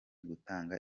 gutanga